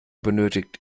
benötigt